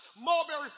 mulberry